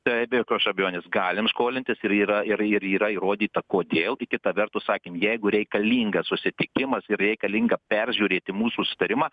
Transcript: tai be jokios abejonės galim skolintis ir yra ir ir yra įrodyta kodėl kai kita vertus sakėm jeigu reikalingas susitikimas ir reikalinga peržiūrėti mūsų sutarimą